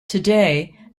today